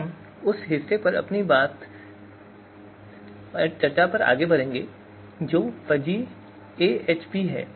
तो हम उस हिस्से पर अपनी चर्चा की ओर बढ़ेंगे जो कि फ़ज़ी एएचपी है